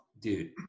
dude